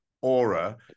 Aura